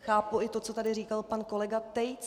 Chápu i to, co tady říkal pan kolega Tejc.